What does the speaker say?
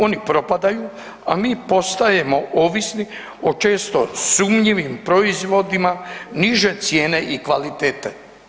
Oni propadaju, a mi postajemo ovisni o često sumnjivim proizvodima niže cijene i kvalitete.